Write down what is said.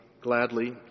gladly